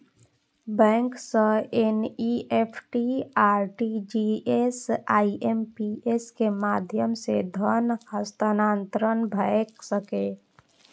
bank सं NEFT, RTGS, IMPS के माध्यम सं धन हस्तांतरण भए सकैए